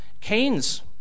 Keynes